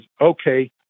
okay